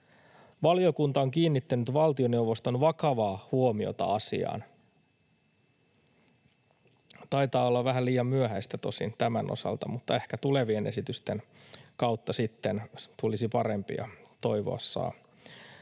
Valiokunta on kiinnittänyt valtioneuvoston vakavaa huomiota asiaan.” Taitaa olla vähän liian myöhäistä tosin tämän osalta, mutta ehkä tulevien esitysten kautta sitten tulisi parempia. Toivoa saa.